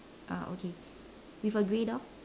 ah okay with a grey door